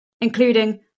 including